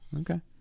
Okay